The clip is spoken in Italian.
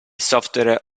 software